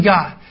God